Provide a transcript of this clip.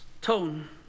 Tone